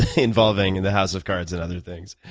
involving and the house of cards and other things.